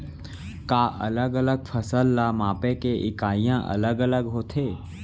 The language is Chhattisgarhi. का अलग अलग फसल ला मापे के इकाइयां अलग अलग होथे?